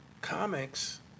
comics